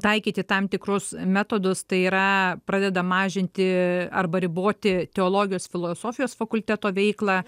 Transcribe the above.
taikyti tam tikrus metodus tai yra pradeda mažinti arba riboti teologijos filosofijos fakulteto veiklą